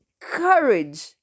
Courage